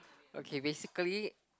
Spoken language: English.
okay basically